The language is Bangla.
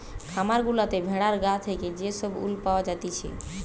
খামার গুলাতে ভেড়ার গা থেকে যে সব উল পাওয়া জাতিছে